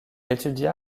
étudia